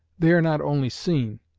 they are not only seen,